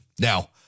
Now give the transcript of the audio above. Now